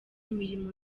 imirimo